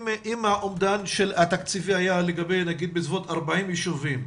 אם אומדן התקציב היה לגבי נאמר בסביבות 40 ישובים,